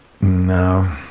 No